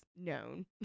known